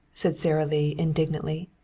said sara lee indignantly.